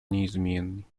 неизменной